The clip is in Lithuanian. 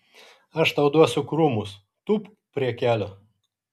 aš tau duosiu krūmus tūpk prie kelio